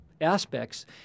aspects